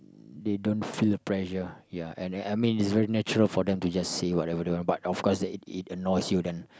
they don't feel pressure ya and then is just very natural for them to just say whatever they want but of course if they it annoys you then